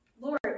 Lord